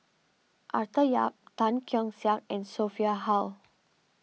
Arthur Yap Tan Keong Saik and Sophia Hull